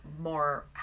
more